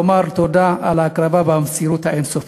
לומר תודה על ההקרבה והמסירות האין-סופית.